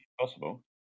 possible